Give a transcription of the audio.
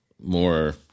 More